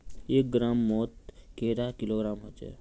एक ग्राम मौत कैडा किलोग्राम होचे?